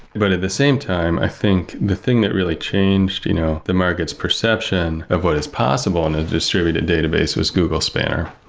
but at the same time, i think the thing that really changed you know the market's perception of what is possible in a distributed database was google spanner,